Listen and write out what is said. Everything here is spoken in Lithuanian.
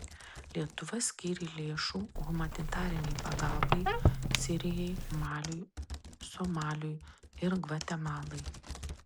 lietuva skyrė lėšų humanitarinei pagalbai sirijai maliui somaliui ir gvatemalai